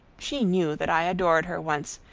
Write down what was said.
she knew that i adored her once,